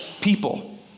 people